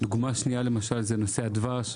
דוגמה שנייה היא בנושא הדבש.